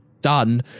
done